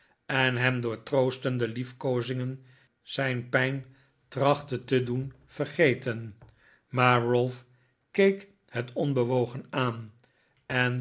en hem door troostende liefkoozingen zijn pijn trachtte te doen vergeten maar ralph keek het onbewogen aan en